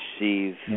receive